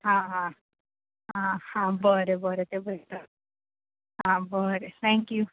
हा हा आ हा बरें बरें तें पळयता आ बरें थँक्यू